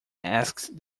asked